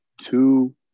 two